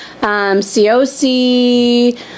COC